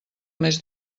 més